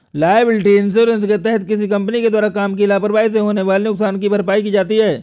liability insurance के तहत किसी कंपनी के द्वारा काम की लापरवाही से होने वाले नुकसान की भरपाई की जाती है